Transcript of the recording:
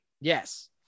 Yes